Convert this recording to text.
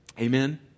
Amen